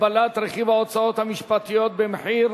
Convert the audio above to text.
הגבלת רכיב ההוצאות המשפטיות במחיר),